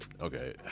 okay